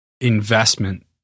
investment